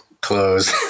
clothes